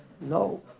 no